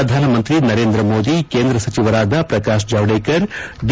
ಪ್ರಧಾನಮಂತ್ರಿ ನರೇಂದ್ರ ಮೋದಿ ಕೇಂದ್ರ ಸಚಿವರಾದ ಪ್ರಕಾಶ್ ಚಾವಡೇಕರ್ ಡಿ